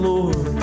Lord